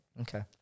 okay